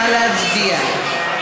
נא להצביע.